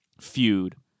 feud